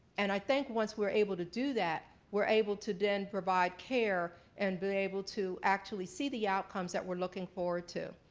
and i think once we're able to do that, we're able to then provide care and be able to actually see the outcomes that we're looking forward to.